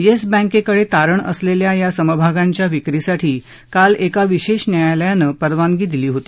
yes बँकेकडे तारण असलेल्या या समभागांच्या विक्रीसाठी काल एका विशेष न्यायालयानं परवानगी दिली होती